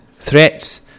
threats